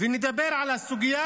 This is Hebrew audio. נדבר על הסוגיה